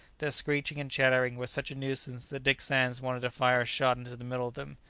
their screeching and chattering were such a nuisance that dick sands wanted to fire a shot into the middle of them,